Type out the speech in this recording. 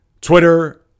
Twitter